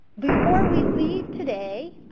before we leave today,